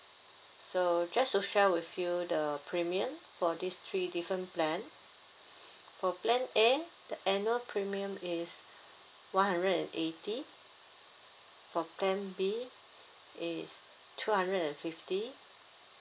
so just to share with you the premium for these three different plan for plan A the annual premium is one hundred and eighty for plan B it's two hundred and fifty